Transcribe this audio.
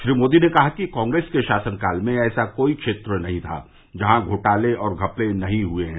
श्री मोदी ने कहा कि कांग्रेस के शासनकाल में ऐसा कोई क्षेत्र नहीं था जहां घोटाले और घपले नहीं हए है